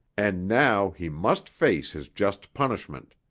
and now he must face his just punishment.